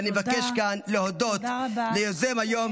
ואני מבקש כאן להודות ליוזם היום,